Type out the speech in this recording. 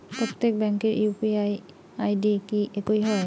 প্রত্যেক ব্যাংকের UPI ID কি একই হয়?